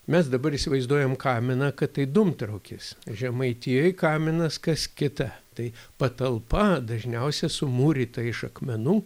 mes dabar įsivaizduojam kaminą kad tai dūmtraukis žemaitijoj kaminas kas kita tai patalpa dažniausiai sumūryta iš akmenų